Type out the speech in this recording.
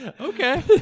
Okay